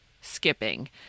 skipping